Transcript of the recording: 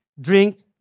drink